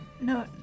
No